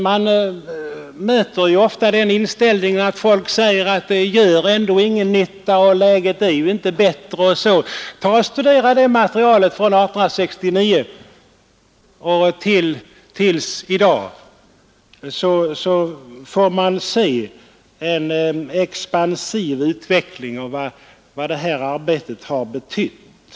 Man möter ofta den inställningen att folk om u-hjälpen säger att den ändå inte gör någon nytta och att det inte blir bättre osv. Studerar man detta material från 1869 och fram till i dag får man se en expansiv Nr 71 utveckling och vad detta arbete verkligen betytt.